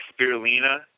spirulina